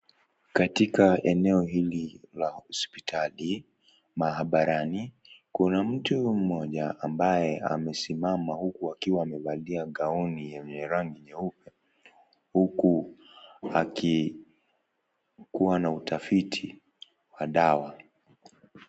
Katika eneo hili la hospitali, maabarani, kuna mtu mmoja ambaye amesimama huku akiwa amevalia gauni yenye rangi nyeupe, huku akikuwa na utafiti wa dawa.